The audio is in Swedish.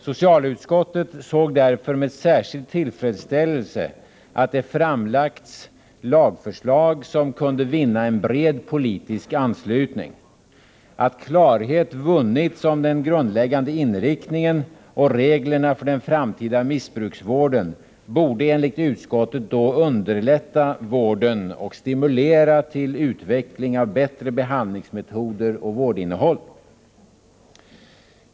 Socialutskottet såg därför med särskild tillfredsställelse att det framlagts lagförslag som kunde vinna en bred politisk anslutning. Att klarhet vunnits om den grundläggande inriktningen och om reglerna för den framtida missbruksvården borde enligt utskottet underlätta vården och stimulera till utveckling av bättre behandlingsmetoder och vårdinnehåll.